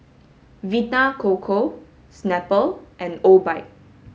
Vita Coco Snapple and Obike